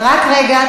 רק רגע.